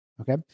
Okay